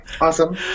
Awesome